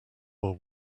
are